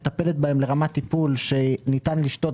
מטפלת בהם לרמת טיפול שניתן לשתות,